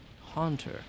haunter